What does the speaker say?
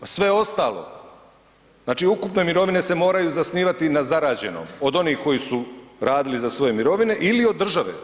Sve ostalo, znači ukupne mirovine se moraju zasnivati na zarađenom od onih koji su radili za svoje mirovine ili od države.